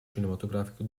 cinematografico